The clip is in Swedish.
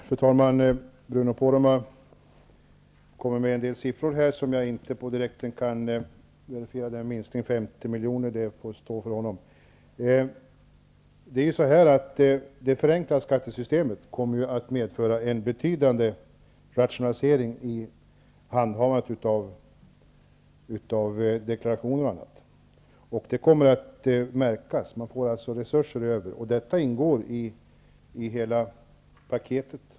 Fru talman! Bruno Poromaa kommer med en del siffror som jag inte direkt kan verifiera. Minskningen på 50 miljoner får stå för honom. Det förenklade skattesystemet kommer att medföra en betydande rationalisering i handhavandet av deklarationer och annat, och det kommer att märkas, då man får resurser över. Detta ingår i hela paketet.